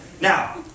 Now